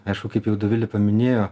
aišku kaip jau dovilė paminėjo